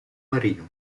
marino